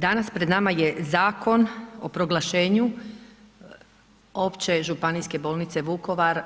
Danas pred nama je Zakon o proglašenju Opće županijske bolnice Vukovar,